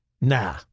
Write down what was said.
Nah